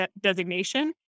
designation